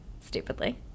stupidly